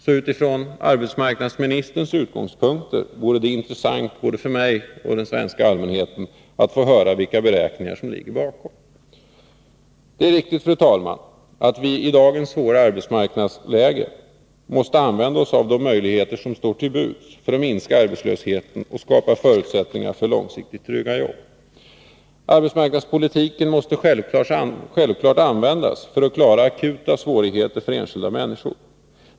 Så utifrån arbetsmarknadsministerns utgångspunkt vore det intressant både för mig och för den svenska allmänheten att få höra vilka beräkningar som ligger bakom. Det är riktigt, fru talman, att vi i dagens svåra arbetsmarknadsläge måste använda oss av de möjligheter som står till buds för att minska arbetslösheten och skapa förutsättningar för långsiktigt trygga jobb. Arbetsmarknadspolitiken måste självfallet användas för att klara akuta svårigheter för enskilda människor.